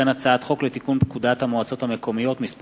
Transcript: הצעת חוק לתיקון פקודת המועצות המקומיות (מס'